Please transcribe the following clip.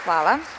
Hvala.